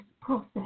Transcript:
process